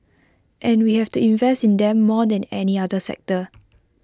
and we have to invest in them more than any other sector